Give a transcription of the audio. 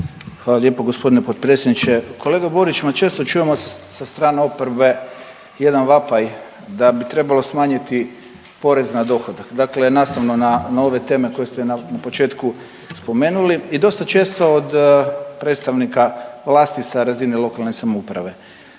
Hvala lijepo gospodine potpredsjedniče. Kolega Borić, često čujemo sa strane oporbe jedan vapaj da bi trebalo smanjiti porez na dohodak, dakle nastavno na ove teme koje ste na početku spomenuli i dosta često od predstavnika vlasti sa razine lokalne samouprave.